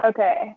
Okay